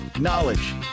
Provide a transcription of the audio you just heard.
knowledge